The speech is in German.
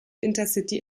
intercity